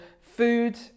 food